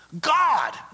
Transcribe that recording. God